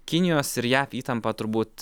kinijos ir jav įtampa turbūt